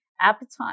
appetite